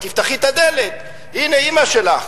תפתחי את הדלת, הנה אמא שלך.